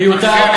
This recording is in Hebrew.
מיותר,